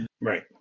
Right